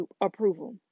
approval